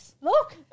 Look